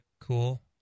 cool